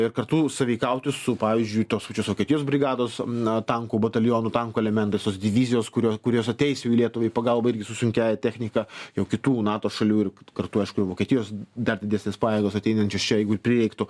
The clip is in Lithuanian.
ir kartu sąveikauti su pavyzdžiui tos pačios vokietijos brigados na tankų batalionu tankų elementais tos divizijos kurio kurios ateis į lietuvą į pagalbą irgi su sunkiąja technika jau kitų nato šalių ir kartu aišku ir vokietijos dar didesnės pajėgos ateinančios čia jeigu prireiktų